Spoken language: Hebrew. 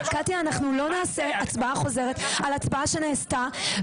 קטיה, אנחנו לא נעשה הצבעה חוזרת על הצבעה שנעשתה.